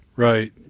Right